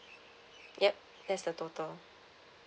yup that's the total